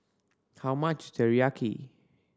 how much Teriyaki